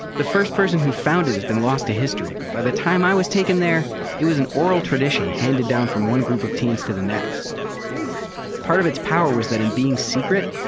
the first person who found it has been lost to history, but by the time i was taken there it was an oral tradition handed down from one group of teens to the next part of its power was that in being secret,